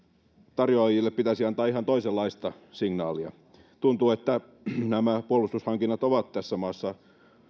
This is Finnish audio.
tarjoajille pitäisi antaa ihan toisenlaista signaalia tuntuu että nämä puolustushankinnat ovat tässä maassa